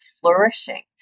flourishing